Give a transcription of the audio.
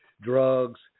drugs